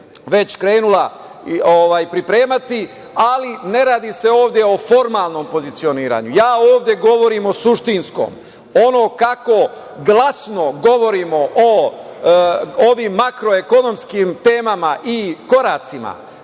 već krenula pripremati. Ali, ne radi se ovde o formalnom pozicioniranju, ja ovde govorim o suštinskom. Ono kako glasno govorimo o ovim makroekonomskim temama i koracima,